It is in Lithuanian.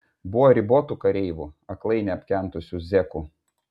buvo ribotų kareivų aklai neapkentusių zekų